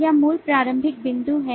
यह मूल प्रारंभिक बिंदु है